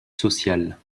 sociales